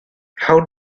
how